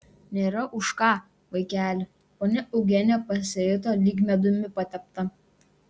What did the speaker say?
nėra už ką vaikeli ponia eugenija pasijuto lyg medumi patepta